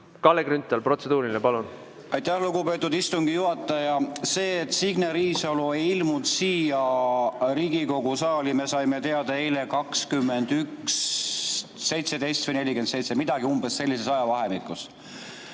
Kalle Grünthal, protseduuriline, palun! Aitäh, lugupeetud istungi juhataja! Seda, et Signe Riisalo ei ilmunud siia Riigikogu saali, me saime teada eile 21.17 või 21.47, umbes sellises ajavahemikus.